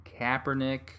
Kaepernick